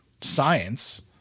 science